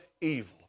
evil